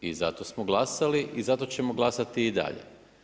I zato smo glasali i zato ćemo glasati i dalje.